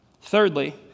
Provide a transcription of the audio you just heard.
Thirdly